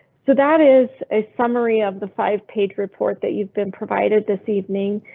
so that is a summary of the five page report that you've been provided this evening,